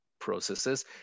processes